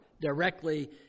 directly